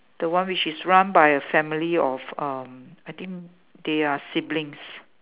the one which is run by a family of um I think they are siblings